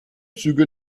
züge